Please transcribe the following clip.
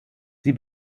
sie